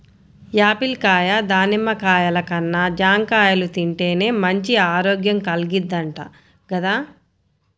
Apple కాయ, దానిమ్మ కాయల కన్నా జాంకాయలు తింటేనే మంచి ఆరోగ్యం కల్గిద్దంట గదా